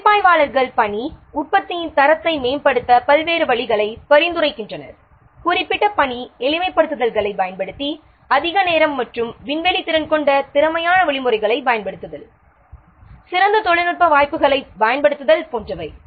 மதிப்பாய்வாளர்கள் பணி உற்பத்தியின் தரத்தை மேம்படுத்த பல்வேறு வழிகளை பரிந்துரைக்கின்றனர் குறிப்பிட்ட பணி எளிமைப்படுத்தல்களைப் பயன்படுத்தி அதிக நேரம் மற்றும் விண்வெளி திறன் கொண்ட திறமையான வழிமுறைகளைப் பயன்படுத்துதல் சிறந்த தொழில்நுட்ப வாய்ப்புகளைப் பயன்படுத்துதல் போன்றவை